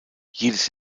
jedes